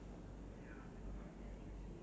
that will be one cool feature ya